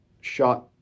shot